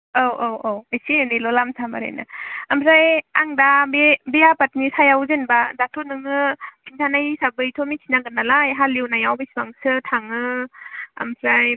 औ औ औ इसे एनैल' लाम साम ओरैनो ओमफ्राय आं दा बे बे आबादनि सायाव जेनेबा दाथ' नोङो खिन्थानाय हिसाबै थ' मिन्थिनांगोन नालाय हाल एवनायाव बेसेबांसो थाङो ओमफ्राय